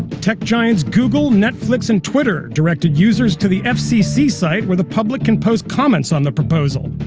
tech giants google, netflix and twitter directed users to the fcc site where the public can post comments on the proposal.